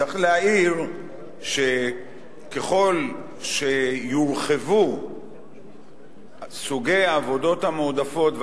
צריך להעיר שככל שיורחבו סוגי העבודות המועדפות,